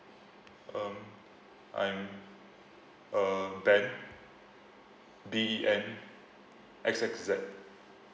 um I'm uh ben B E N X X Z